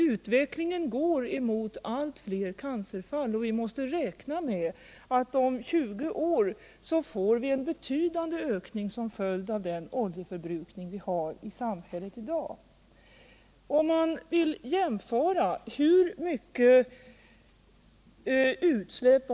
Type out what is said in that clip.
Utvecklingen går mot allt fler cancerfall, och vi måste räkna med att om tjugo år får vi en betydande ökning som följd av den oljeförbrukning som vi i dag har i samhället.